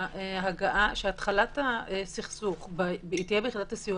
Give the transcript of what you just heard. שהתחלת הסכסוך תהיה ביחידת הסיוע.